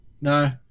no